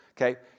okay